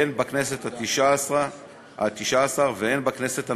הן בכנסת התשע-עשרה והן בכנסת הנוכחית,